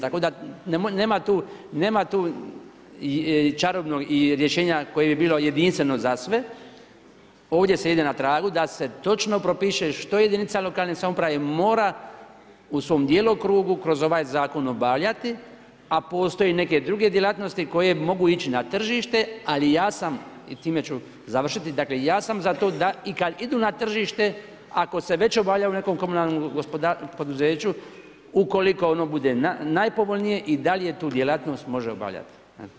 Tako da nema tu čarobnog rješenja koje bi bilo jedinstveno za sve, ovdje se ide na tragu da se točno propiše što jedinica lokalne samouprave mora u svom djelokrugu kroz ovaj zakon obavljati, a postoje neke druge djelatnosti koje mogu ići na tržište ali ja sam, time ću završiti, za to da i kad idu na tržište, ako se već obavljaju u nekom komunalnom poduzeću ukoliko ono bude najpovoljnije, i dalje tu djelatnost može obavljati.